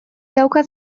daukat